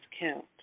count